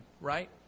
right